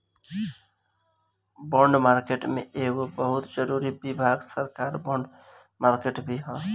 bond market के एगो बहुत जरूरी विभाग सरकार बॉन्ड मार्केट भी ह